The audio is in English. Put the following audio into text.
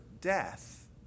death